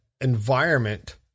environment